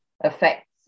affects